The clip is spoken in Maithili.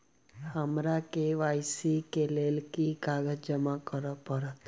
हमरा के.वाई.सी केँ लेल केँ कागज जमा करऽ पड़त?